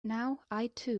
undefined